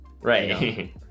Right